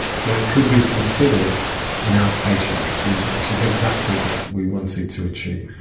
so it could be considered an outpatient procedure, which is exactly what we wanted to achieve.